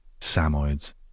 Samoids